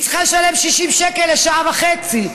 היא צריכה לשלם 60 שקל לשעה וחצי.